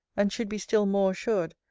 and should be still more assured,